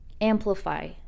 amplify